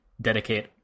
dedicate